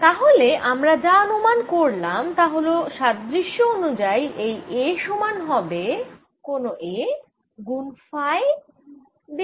তাহলে আমরা যা অনুমান করলাম তা হল সাদৃশ্য অনুযায়ী এই A সমান হবে কোন A ফাই গুন ফাই দিক